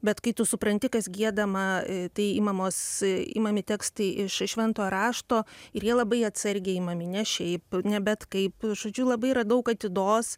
bet kai tu supranti kas giedama tai imamos imami tekstai iš šventojo rašto ir jie labai atsargiai imami ne šiaip ne bet kaip žodžiu labai yra daug atidos